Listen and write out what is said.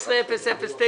15-009,